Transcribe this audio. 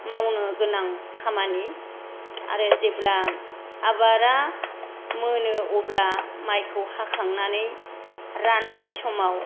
मावनो गोनां खामानि आरो जेब्ला आबादा मोनो अब्ला माइखौ हाखांनानै राननाय समाव